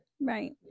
Right